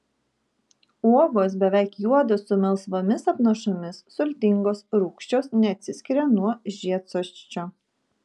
uogos beveik juodos su melsvomis apnašomis sultingos rūgščios neatsiskiria nuo žiedsosčio